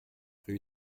rue